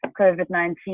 COVID-19